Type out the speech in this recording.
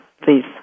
please